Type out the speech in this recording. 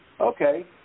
Okay